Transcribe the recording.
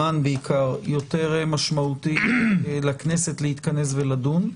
זמן בעיקר לכנסת להתכנס לדון.